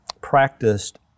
practiced